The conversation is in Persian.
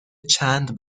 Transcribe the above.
چند